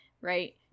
right